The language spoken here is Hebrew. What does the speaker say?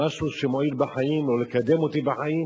משהו שמועיל בחיים או לקדם אותי בחיים,